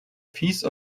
piece